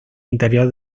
interior